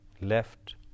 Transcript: left